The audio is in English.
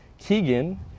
Keegan